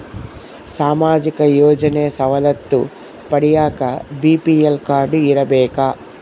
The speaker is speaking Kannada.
ಸಾಮಾಜಿಕ ಯೋಜನೆ ಸವಲತ್ತು ಪಡಿಯಾಕ ಬಿ.ಪಿ.ಎಲ್ ಕಾಡ್೯ ಇರಬೇಕಾ?